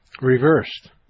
Reversed